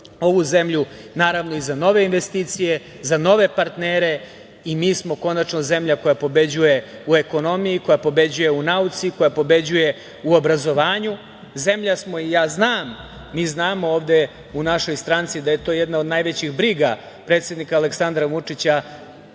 ovu zemlju i za nove investicije, za nove partnere i mi smo konačno zemlja koja pobeđuje u ekonomiji, koja pobeđuje u nauci, koja pobeđuje u obrazovanju. Mi znamo ovde u našoj stranci da je to jedna od najvećih briga predsednika Aleksandra Vučića,